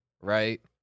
right